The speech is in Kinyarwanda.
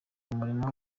umurimo